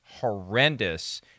horrendous